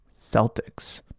celtics